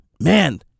Man